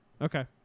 Okay